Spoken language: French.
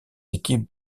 équipes